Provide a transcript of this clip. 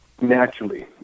Naturally